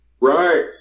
Right